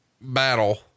battle